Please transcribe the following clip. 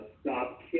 stop